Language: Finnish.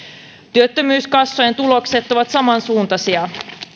työttömyyskassojen tulokset ovat samansuuntaisia jhln